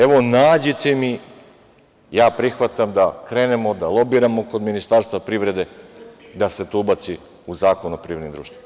Evo, nađite mi, ja prihvatam da krenemo, da lobiramo kod Ministarstva privrede da se to ubaci u Zakon o privrednim društvima.